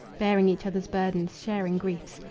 bearing each other's burdens, sharing griefs,